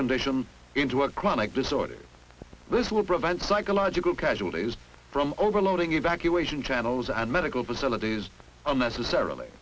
condition into a chronic disorder this will prevent psychological casualties from overloading evacuation channels and medical facilities necessarily